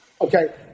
Okay